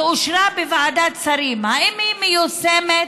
ואושרה בוועדת השרים, האם היא מיושמת,